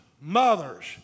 mothers